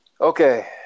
Okay